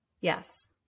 yes